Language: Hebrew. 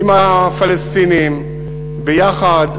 עם הפלסטינים ביחד,